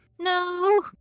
No